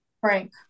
Frank